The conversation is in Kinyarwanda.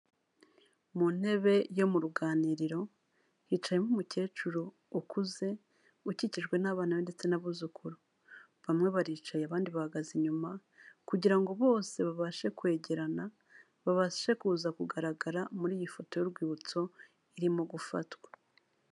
Mu ntebe yo mu ruganiriro hicayemo umukecuru ukuze, ukikijwe n'abana be ndetse n'abuzukuru, bamwe baricaye abandi bahagaze inyuma kugira ngo bose babashe kwegerana, babashe kuza kugaragara muri iyi foto y'urwibutso irimo gufatwa.